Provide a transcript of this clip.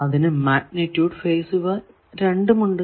അതിനു magnitude phase ഇവ രണ്ടും ഉണ്ട്